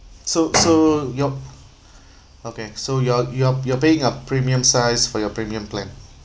so so you're p~ okay so you're you're you're paying a premium size for your premium plan